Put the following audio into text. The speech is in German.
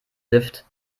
lift